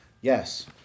Yes